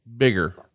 bigger